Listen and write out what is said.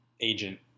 agent